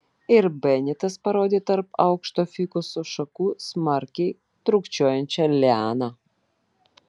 ir benitas parodė tarp aukšto fikuso šakų smarkiai trūkčiojančią lianą